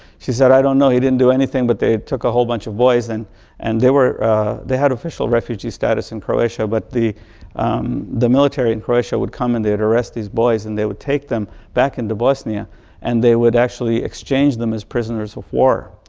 she said, i don't know, he didn't do anything but they took a whole bunch of boys. and and they were they had official refugee status in croatia, but the the military in croatia would come and they'd arrest these boys and they would take them back into bosnia and they would actually exchange them as prisoners of war.